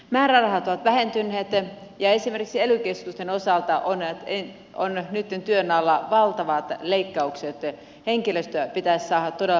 määrärahat ovat vähentyneet ja esimerkiksi ely keskusten osalta on nytten työn alla valtavat leik kaukset henkilöstöä pitäisi saada todella paljon vähemmäksi